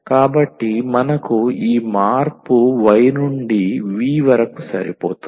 కాబట్టి మనకు ఈ మార్పు y నుండి v వరకు సరిపోతుంది